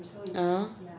(uh huh)